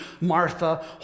Martha